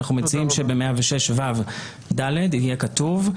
אנחנו מציעים שב-106ו(ד) יהיה כתוב: